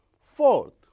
Fourth